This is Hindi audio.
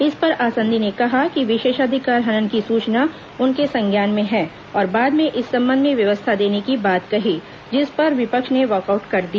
इस पर आसंदी ने कहा कि विशेषाधिकार हनन की सूचना उनके संज्ञान में है और बाद में इस संबंध में व्यवस्था देने की बात कही जिस पर विपक्ष ने वॉकआउट कर दिया